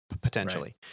potentially